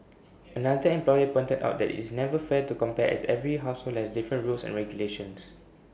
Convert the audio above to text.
another employer pointed out that it's never fair to compare as every household has different rules and regulations